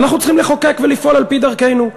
ואנחנו צריכים לחוקק ולפעול על-פי דרכנו.